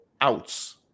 outs